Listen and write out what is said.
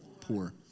Poor